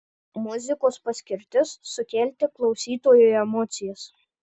muzikos paskirtis sukelti klausytojui emocijas